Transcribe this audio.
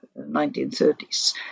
1930s